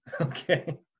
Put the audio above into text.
Okay